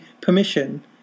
permission